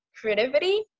creativity